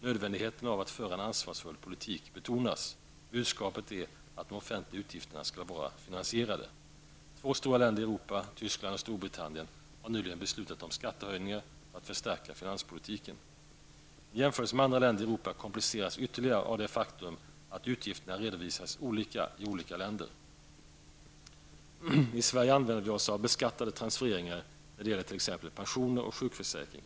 Nödvändigheten av att föra en ansvarsfull politik betonas. Budskapet är att de offentliga utgifterna skall vara finansierade. Två stora länder i Europa, Tyskland och Storbritannien, har nyligen beslutat om skattehöjningar för att förstärka finanspolitiken. En jämförelse med andra länder i Europa kompliceras ytterligare av det faktum att utgifterna redovisas olika i olika länder. I Sverige använder vi oss av beskattade transfereringar när det gäller t.ex. pensioner och sjukförsäkring.